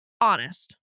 honest